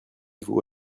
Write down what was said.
vous